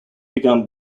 begun